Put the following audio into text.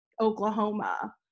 Oklahoma